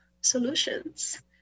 solutions